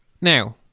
Now